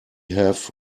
have